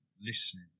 listening